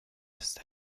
ist